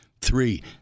Three